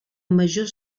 major